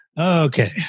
Okay